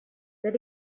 that